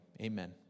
Amen